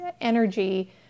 energy